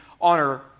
honor